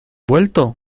vuelto